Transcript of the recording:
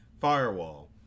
firewall